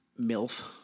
MILF